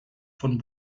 von